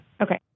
Okay